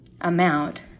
amount